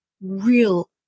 real